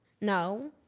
No